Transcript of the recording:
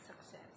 Success